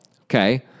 Okay